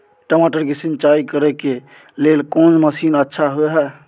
टमाटर के सिंचाई करे के लेल कोन मसीन अच्छा होय है